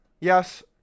Yes